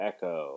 Echo